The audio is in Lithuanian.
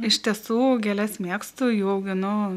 iš tiesų gėles mėgstu jų auginu